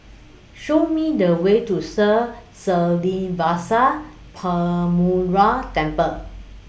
Show Me The Way to Sri Srinivasa Perumal Temple